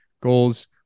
goals